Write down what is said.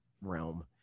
realm